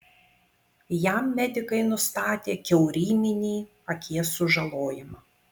jam medikai nustatė kiauryminį akies sužalojimą